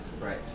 right